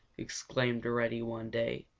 exclaimed reddy one day.